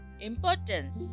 importance